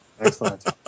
Excellent